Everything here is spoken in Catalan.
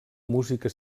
música